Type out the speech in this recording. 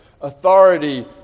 Authority